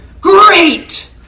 great